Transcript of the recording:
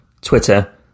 Twitter